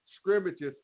scrimmages